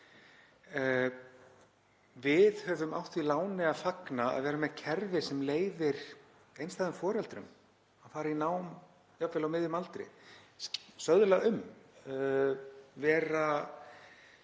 Við höfum átt því láni að fagna að vera með kerfi sem leyfir einstæðum foreldrum að fara í nám, jafnvel á miðjum aldri, söðla um,